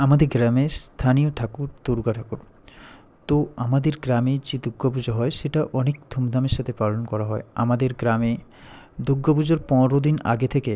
আমাদের গ্রামের স্থানীয় ঠাকুর দুর্গা ঠাকুর তো আমাদের গ্রামে যে দুর্গা পূজা হয় সেটা অনেক ধুমধামের সাথে পালন করা হয় আমাদের গ্রামে দুর্গা পুজোর পনোরো দিন আগে থেকে